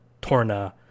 torna